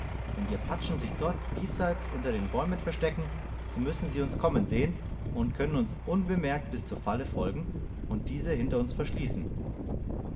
wenn die apachen sich dort diesseits unter den bäumen verstecken so müssen sie uns kommen sehen und können uns unbemerkt bis zur falle folgen und diese hinter uns verschließen